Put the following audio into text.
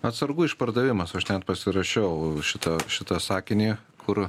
atsargų išpardavimas aš ten pasirašiau šitą šitą sakinį kur